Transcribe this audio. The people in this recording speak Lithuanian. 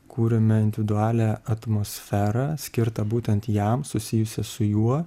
kūrėme individualią atmosferą skirtą būtent jam susijusią su juo